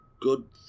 good